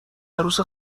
عروس